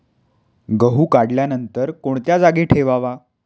गहू काढल्यानंतर कोणत्या जागी ठेवावा?